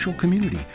community